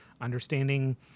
understanding